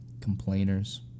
complainers